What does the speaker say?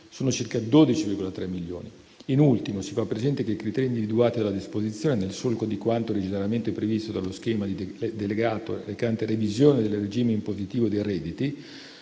sono circa 12,3 milioni. In ultimo, si fa presente che i criteri individuati dalla disposizione, nel solco di quanto originariamente previsto dallo schema di decreto delegato recante revisione del regime impositivo dei redditi,